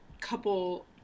couple